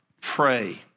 pray